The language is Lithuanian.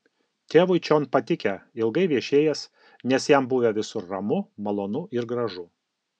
tėvui čion patikę ilgai viešėjęs nes jam buvę visur ramu malonu ir gražu